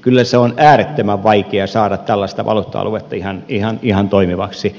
kyllä on äärettömän vaikea saada tällaista valuutta aluetta ihan toimivaksi